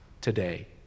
today